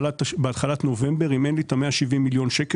בתחילת נובמבר אם אין לי את ה-170 מיליון שקל